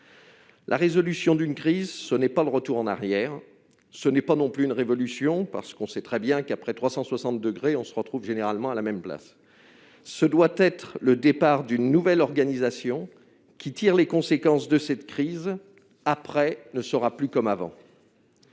La résolution d'une crise, ce n'est pas le retour en arrière. Ce n'est pas non plus une révolution : on sait très bien que, après avoir viré à 360 degrés, on se retrouve généralement à la même place ... Ce doit être le départ d'une nouvelle organisation, qui tire les conséquences de cette crise : après ne sera plus comme avant.